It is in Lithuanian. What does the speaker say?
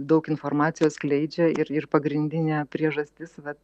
daug informacijos skleidžia ir ir pagrindinė priežastis vat